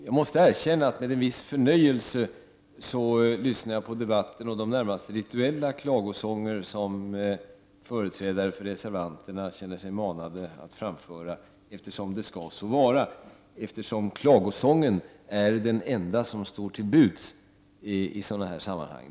Jag måste erkänna att jag med en viss förnöjelse har lyssnat på debatten och på de närmast rituella klagosånger som företrädare för reservanterna har känt sig manade att framföra eftersom det skall vara så — klagosången är det enda som står till buds i sådana sammanhang.